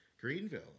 Greenville